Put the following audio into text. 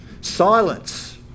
Silence